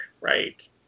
right